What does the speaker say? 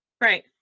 right